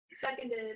seconded